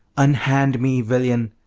unhand me, villain,